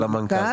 של המנכ"ל.